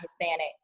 Hispanic